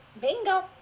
Bingo